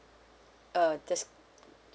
uh there's